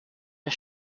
der